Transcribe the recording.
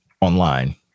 online